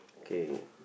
okay